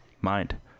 mind